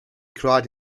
cried